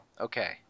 Okay